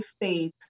faith